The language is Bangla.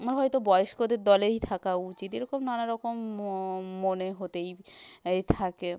আমার হয়তো বয়েস্কদের দলেই থাকা উচিত এরকম নানা রকম ম মনে হতেই অ্যায় থাকে